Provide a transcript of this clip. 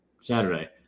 Saturday